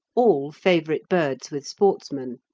all favourite birds with sportsmen,